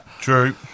True